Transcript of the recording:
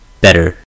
better